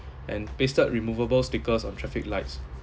and pasted removable stickers on traffic lights